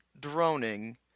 droning